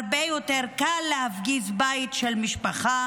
הרבה יותר קל להפגיז בית של משפחה.